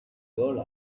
girl